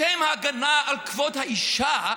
בשם הגנה על כבוד האישה,